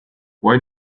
why